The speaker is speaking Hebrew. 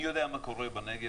אני יודע מה קורה בנגב.